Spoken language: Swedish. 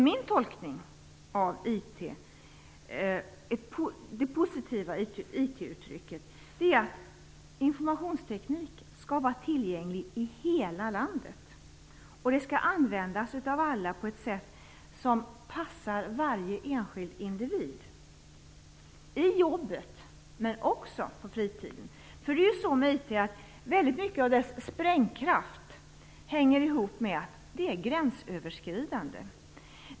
Min tolkning av det positiva med IT-begreppet är att informationsteknik skall vara tillgänglig i hela landet. IT skall användas av alla, på ett sätt som passar den enskilde individen - i jobbet men också på fritiden. Mycket av informationsteknikens sprängkraft hänger ju ihop med att IT är gränsöverskridande.